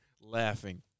laughing